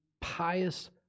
pious